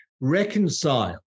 reconcile